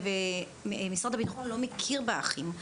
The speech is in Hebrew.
משרד הביטחון לא מכיר באחים,